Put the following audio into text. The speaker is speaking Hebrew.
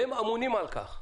והם אמונים על כך.